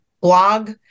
blog